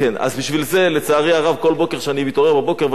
כל בוקר כשאני מתעורר ואני יורד לתפילה אני רואה